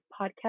podcast